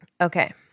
Okay